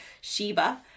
Sheba